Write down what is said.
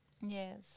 yes